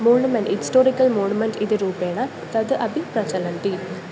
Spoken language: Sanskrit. मोणुमेण्ट् हिस्टोरिकल् मोणुमेण्ट् इति रूपेण तत् अपि प्रचलन्ति